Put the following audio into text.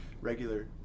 regular